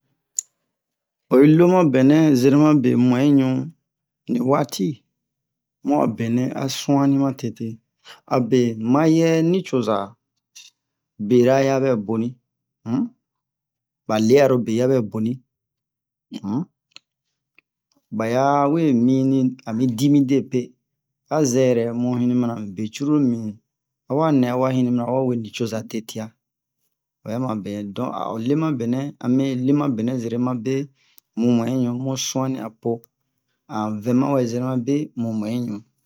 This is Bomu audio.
oyi lo mabɛnɛ jerema be mumu'ɛɲu ni waati mu a benɛ a su'anni matete abe mayɛ nucoza bera ya bɛ boni um a le'aro be ya bɛ ba ya we mini ami di midepe a yɛrɛ mu hini minami be curulu mibin awa nɛ awa hini minan wa wee nucoza tete'a obɛ ma be donc a o le mabɛnɛ a mɛ le mabɛnɛ zerema be mumu'ɛɲu mu su'anni apo an vɛ mawɛ jerema be mumu'ɛɲu